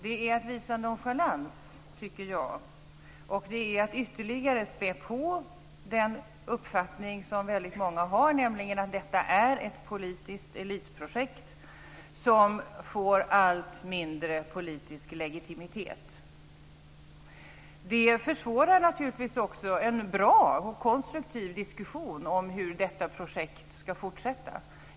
Detta är, tycker jag, att visa nonchalans och att ytterligare späda på den uppfattning som väldigt många har, nämligen att det är ett politiskt elitprojekt som får en allt mindre politisk legitimitet. Det försvårar naturligtvis också en bra och konstruktiv diskussion om hur detta projekt ska fortsätta.